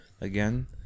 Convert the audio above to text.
again